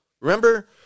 remember